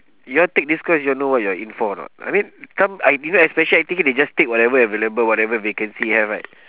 you all take this course you all know what you're in for or not I mean come I you know especially I take it they just take whatever available whatever vacancy have right